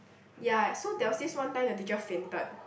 ya so there was this one time the teacher fainted